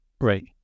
Right